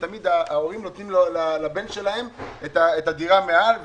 גדלים ותמיד ההורים נותנים לבן שלהם את הדירה מעל,